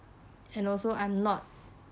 and also i'm not